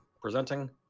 presenting